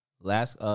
Last